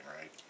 right